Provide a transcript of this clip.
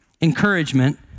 encouragement